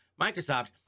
Microsoft